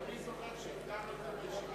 אני זוכר שהגדרנו את זה בישיבה הקודמת: